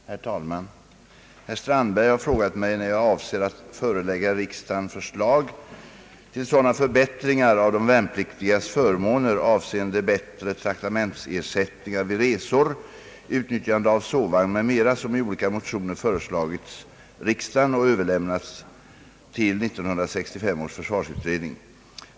Herr talman! Herr Strandberg har frågat mig när jag avser att förelägga riksdagen förslag till sådana förbättringar av de värnpliktigas förmåner avseende bättre traktamentsersättningar vid resor, utnyttjande av sovvagn m.m. som i olika motioner föreslagits riksdagen och överlämnats till 1965 års försvarsutredning.